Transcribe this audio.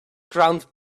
ground